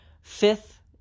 fifth